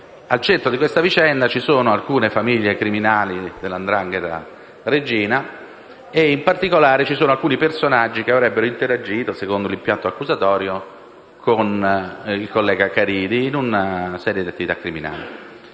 Al centro della vicenda vi sono alcune famiglie criminali della 'ndrangheta reggina e, in particolare, alcuni personaggi che avrebbero interagito, secondo l'impianto accusatorio, con il collega Caridi in una serie di attività criminali.